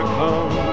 come